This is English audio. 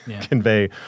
convey